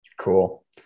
Cool